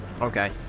Okay